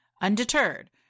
Undeterred